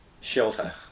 shelter